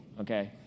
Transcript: okay